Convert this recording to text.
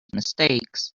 mistakes